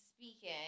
speaking